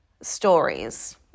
stories